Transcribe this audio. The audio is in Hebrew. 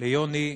ליוני,